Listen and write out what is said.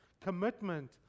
commitment